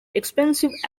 expensive